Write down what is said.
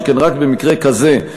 שכן רק במקרה כזה,